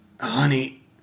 honey